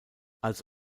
als